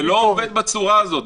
זה לא עובד בצורה הזאת,